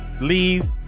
leave